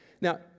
Now